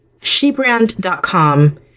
Shebrand.com